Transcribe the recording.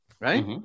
right